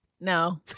No